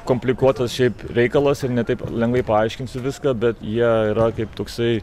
komplikuotas šiaip reikalas ir ne taip lengvai paaiškinsiu viską bet jie yra kaip toksai